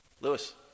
Lewis